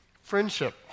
Friendship